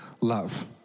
love